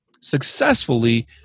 successfully